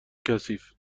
کثیف